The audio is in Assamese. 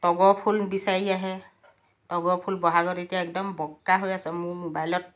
তগৰ ফুল বিচাৰি আহে তগৰ ফুল বহাগত এতিয়া একদম বগা হৈ আছে মোৰ মোবাইলত